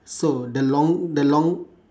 so the long the long